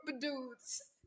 dudes